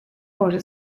por